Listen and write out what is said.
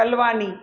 Kalwani